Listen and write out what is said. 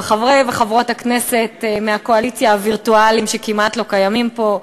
ולחברי וחברות הכנסת הווירטואליים מהקואליציה שכמעט לא קיימים פה,